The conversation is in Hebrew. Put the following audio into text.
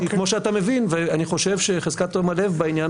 וכמו שאתה מבין ואני חושב שחזקת תום הלב בעניין